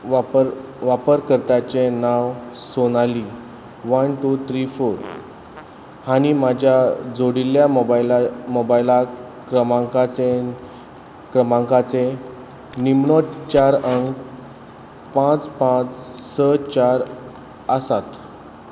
वापर वापर कर्त्याचें नांव Sonali one two three four आनी म्हज्या जोडिल्ल्या मोबायला मोबायलाक क्रमांकाचे क्रमांकाचे निमणे चार अंक पांच पांच स चार आसात